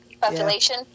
Population